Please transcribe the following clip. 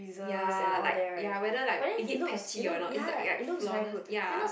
ya like ya whether like is it patchy or not is like like flawless ya